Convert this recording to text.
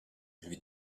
lui